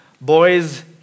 Boys